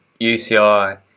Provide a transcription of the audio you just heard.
UCI